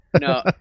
No